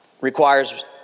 requires